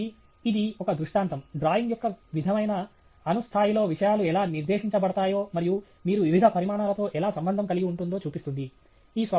కాబట్టి ఇది ఒక దృష్టాంతం డ్రాయింగ్ యొక్క విధమైన అణు స్థాయిలో విషయాలు ఎలా నిర్దేశించబడతాయో మరియు మీరు వివిధ పరిమాణాలతో ఎలా సంబంధం కలిగి ఉంటుందో చూపిస్తుంది